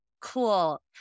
Cool